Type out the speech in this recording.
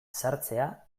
sartzea